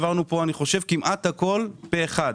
אני חושב שהעברנו כמעט הכול פה אחד,